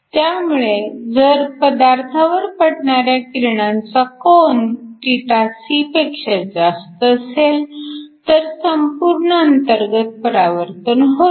त्यामुळे जर पदार्थावर पडणाऱ्या किरणांचा कोन θc पेक्षा जास्त असेल तर संपूर्ण अंतर्गत परावर्तन होते